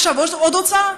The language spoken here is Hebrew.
עכשיו עוד הוצאה?